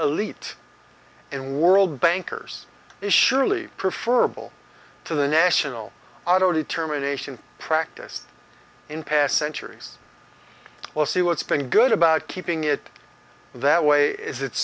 elite and world bankers is surely prefer a bull to the national auto determination practiced in past centuries will see what's been good about keeping it that way i